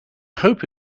hope